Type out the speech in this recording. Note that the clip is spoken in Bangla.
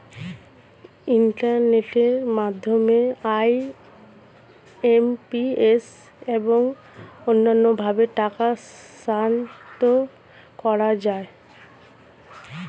ইন্টারনেটের মাধ্যমে আই.এম.পি.এস এবং অন্যান্য ভাবে টাকা স্থানান্তর করা যায়